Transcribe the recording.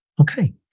Okay